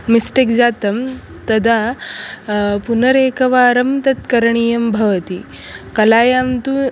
mistake जातं तदा पुनरेकवारं तत् करणीयं भवति कलायां तु